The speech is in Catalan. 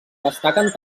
destaquen